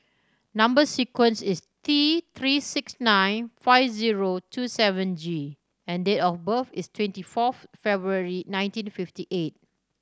number sequence is T Three six nine five zero two seven G and date of birth is twenty fourth February nineteen fifty eight